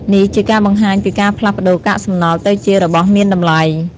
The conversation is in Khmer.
នេះជាការបង្ហាញពីការផ្លាស់ប្តូរកាកសំណល់ទៅជារបស់មានតម្លៃ។